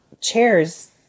chairs